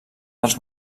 dels